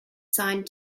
signed